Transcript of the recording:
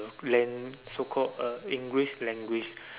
of land so called English language